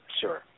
sure